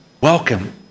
Welcome